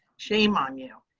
shame on you.